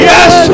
Yes